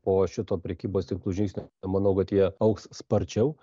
po šito prekybos tinklų žingsnio manau kad jie augs sparčiau